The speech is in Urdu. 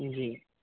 جی